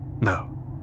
No